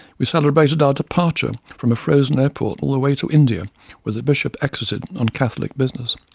we celebrated our departure from a frozen airport all the way to india where the bishop exited on catholic business.